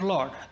Lord